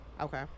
okay